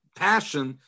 passion